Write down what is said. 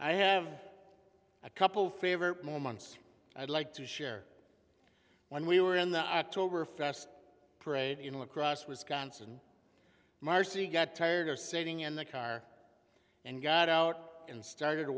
i have a couple favorite moments i'd like to share when we were in the october fest parade in lacrosse wisconsin marcy got tired of sitting in the car and got out and started